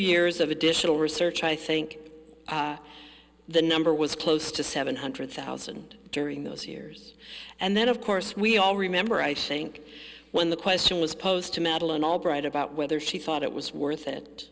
years of additional research i think the number was close to seven hundred thousand during those years and then of course we all remember i think when the question was posed to madeleine albright about whether she thought it was worth it